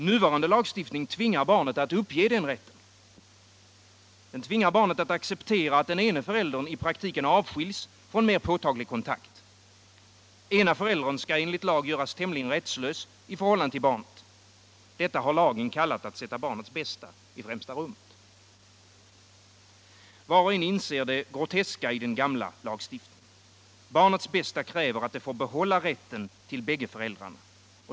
Nuvarande lagstiftning tvingar barnet att uppge den rätten. Den tvingar barnet att acceptera att den ena föräldern i praktiken avskiljs från mer påtaglig kontakt. Ena föräldern skall enligt lag göras tämligen rättslös i förhållande till barnet. Detta har lagen kallat att sätta barnets bästa i främsta rummet. Var och en inser det groteska i den gamla lagstiftningen. Barnets bästa kräver att det får behålla rätten till bägge föräldrarna.